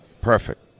Perfect